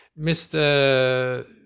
Mr